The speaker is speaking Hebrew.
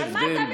על מה אתה מדבר?